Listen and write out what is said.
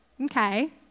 Okay